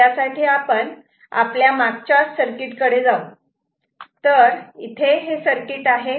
त्यासाठी आपण आपल्या मागच्याच सर्किट कडे जाऊ तर हे ते सर्किट आहे